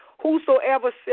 whosoever